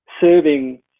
serving